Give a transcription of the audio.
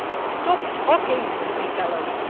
stop talking! he bellowed.